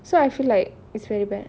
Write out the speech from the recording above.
so I feel like it's very bad